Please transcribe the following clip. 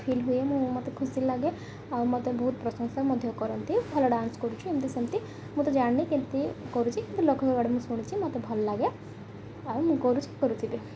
feel ହୁଏ ମୁଁ ମୋତେ ଖୁସି ଲାଗେ ଆଉ ମୋତେ ବହୁତ ପ୍ରଶଂସା ମଧ୍ୟ କରନ୍ତି ଭଲ ଡ଼୍ୟାନ୍ସ କରୁଛି ଏମିତି ସେମିତି ମୁଁ ତ ଜାଣିନି କେମିତି କରୁଛି କେମିତି ଲୋକଙ୍କ ଆଡ଼େ ମୁଁ ଶୁଣିୁଛି ମୋତେ ଭଲ ଲାଗେ ଆଉ ମୁଁ କରୁଛି କରୁଥିବି